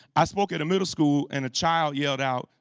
i spoke at a middle school and a child yelled out,